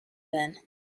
then